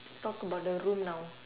talk about the room now